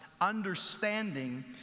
understanding